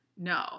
No